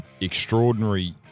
extraordinary